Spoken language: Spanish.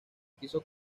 quiso